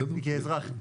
כאזרח,